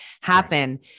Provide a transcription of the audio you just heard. happen